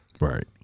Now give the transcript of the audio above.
Right